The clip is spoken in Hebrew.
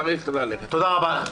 תודה רבה.